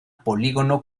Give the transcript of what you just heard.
polígono